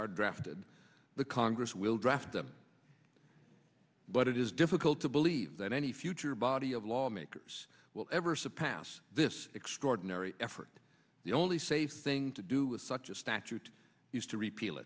are drafted the congress will draft them but it is difficult to believe that any future body of lawmakers will ever subpattern this extraordinary effort the only safe thing to do with such a statute is to repeal